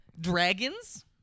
Dragons